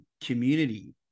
community